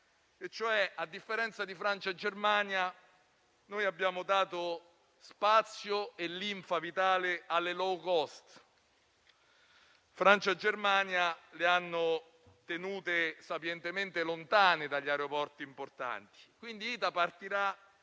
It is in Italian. A differenza di Francia e Germania, noi abbiamo dato spazio e linfa vitale alle *low cost*; Francia e Germania le hanno tenute sapientemente lontane dagli aeroporti importanti. Quindi, ITA partirà